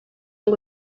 ngo